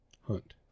hunt